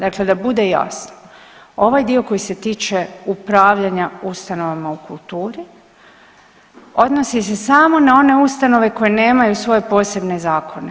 Dakle, da bude jasno ovaj dio koji se tiče upravljanja ustanovama u kulturi odnosi se samo na one ustanove koje nemaju svoje posebne zakone.